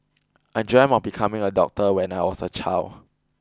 I dreamt of becoming a doctor when I was a child